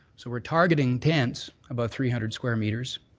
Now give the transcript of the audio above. so we're targeting tents about three hundred square meters,